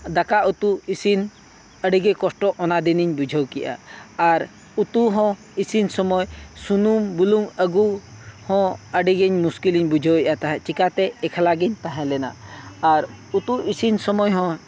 ᱫᱟᱠᱟᱼᱩᱛᱩ ᱤᱥᱤᱱ ᱟᱹᱰᱤᱜᱮ ᱠᱚᱥᱴᱚ ᱚᱱᱟ ᱫᱤᱱᱤᱧ ᱵᱩᱡᱷᱟᱹᱣ ᱠᱮᱫᱼᱟ ᱟᱨ ᱩᱛᱩᱦᱚᱸ ᱤᱥᱤᱱ ᱥᱚᱢᱚᱭ ᱥᱩᱱᱩᱢ ᱵᱩᱞᱩᱝ ᱟᱹᱜᱩᱦᱚᱸ ᱟᱹᱰᱤᱜᱮ ᱢᱩᱥᱠᱤᱞᱤᱧ ᱵᱩᱡᱷᱟᱹᱣᱮᱫᱼᱟ ᱛᱟᱦᱮᱸᱫ ᱪᱮᱠᱟᱛᱮ ᱮᱠᱞᱟᱜᱮᱧ ᱛᱟᱦᱮᱸᱞᱮᱱᱟ ᱟᱨ ᱩᱛᱩ ᱤᱥᱤᱱ ᱥᱚᱢᱚᱭ ᱦᱚᱸ